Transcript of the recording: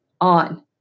on